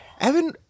Evan